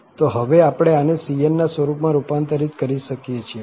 તો હવે આપણે આને cn ના સ્વરૂપમાં રૂપાંતરિત કરી શકીએ છીએ